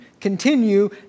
Continue